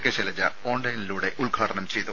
K Shailaja ഓൺലൈനിലൂടെ ഉദ്ഘാടനം ചെയ്തു